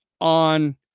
on